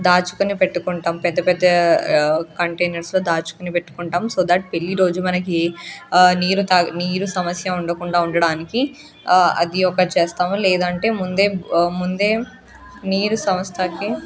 దాచుకొని పెట్టుకుంటాం పెద్దపెద్ద కంటైనర్స్లో దాచుకొని పెట్టుకుంటాం సో దట్ పెళ్ళి రోజు మనకి నీరు తాగ్ నీరు సమస్య ఉండకుండా ఉండడానికి అది ఒకటి చేస్తాము లేదంటే ముందే ముందే నీరు సంస్థకి